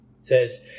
says